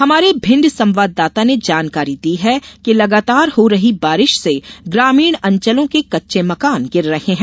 हमारे भिण्ड संवाददाता ने जानकारी दी है कि लगातार हो रही बारिश से ग्रामीण अंचलों के कच्चे मकान गिर रहे हैं